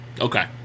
okay